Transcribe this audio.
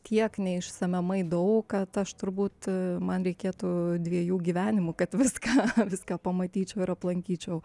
tiek neišsemiamai daug kad aš turbūt man reikėtų dviejų gyvenimų kad viską viską pamatyčiau ir aplankyčiau